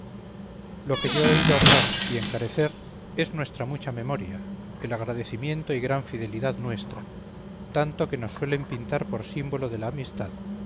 lo que yo he oído alabar y encarecer es nuestra mucha memoria el agradecimiento y gran fidelidad nuestra tanto que nos suelen pintar por símbolo de la amistad